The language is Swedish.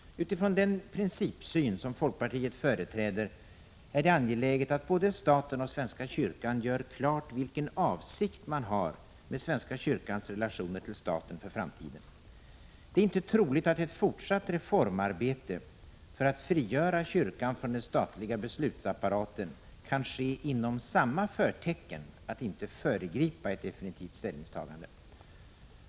Utifrån den principsyn som folkpartiet företräder är det angeläget att både staten och svenska kyrkan gör klart vilken avsikt man har med svenska kyrkans relationer till staten för framtiden. Det är inte troligt att ett fortsatt reformarbete för att frigöra kyrkan från den statliga beslutsapparaten kan ske inom förtecken ”att inte föregripa” ett definitivt ställningstagande.